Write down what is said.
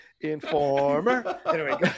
informer